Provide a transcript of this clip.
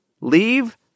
Leave